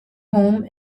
home